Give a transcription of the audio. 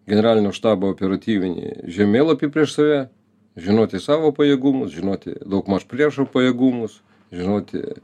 generalinio štabo operatyvinį žemėlapį prieš save žinoti savo pajėgumus žinoti daugmaž priešo pajėgumus žinoti